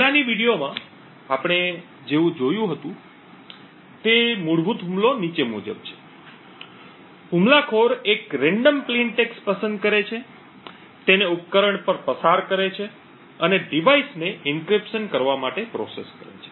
પહેલાની વિડિઓમાં આપણે જેવું જોયું છે તે મૂળભૂત હુમલો નીચે મુજબ છે હુમલાખોર એક રેન્ડમ સાદા ટેક્સ્ટ પસંદ કરે છે તેને ઉપકરણ પર પસાર કરે છે અને ડિવાઇસને એન્ક્રિપ્શન કરવા માટે પ્રોસેસ કરે છે